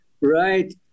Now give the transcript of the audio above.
Right